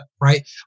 Right